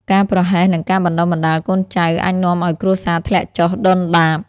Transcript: ការប្រហែសនឹងការបណ្ដុះបណ្ដាលកូនចៅ អាចនាំឱ្យគ្រួសារធ្លាក់ចុះដុនដាប។